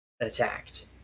attacked